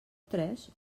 tres